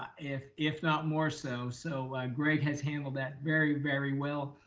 if if not more so so greg has handled that very, very well.